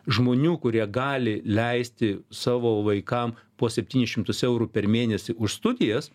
žmonių kurie gali leisti savo vaikam po septynis šimtus eurų per mėnesį už studijas